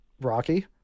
Rocky